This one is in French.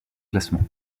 classement